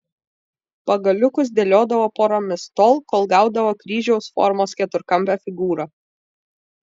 pagaliukus dėliodavo poromis tol kol gaudavo kryžiaus formos keturkampę figūrą